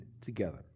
together